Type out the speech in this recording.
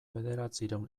bederatziehun